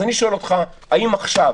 אז אני שואל אותך: האם עכשיו,